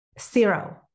Zero